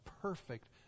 perfect